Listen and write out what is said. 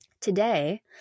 Today